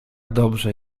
dobrze